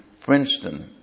Princeton